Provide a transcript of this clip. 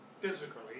physically